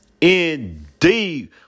indeed